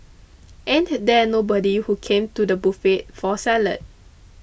ain't there nobody who came to the buffet for salad